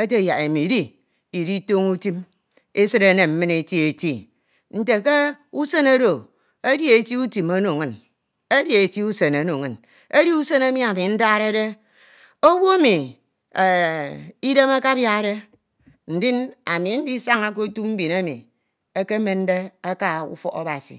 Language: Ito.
ete yak imo idi iditoño utim. esid enem min eti eti nte ke usen oro edi eti usen ono inñ. Edi usen emi ami ndade. Owu emi idem akabiakde. ami ndisaña ke etu mbin emi ekemende aka ufọk Abasi,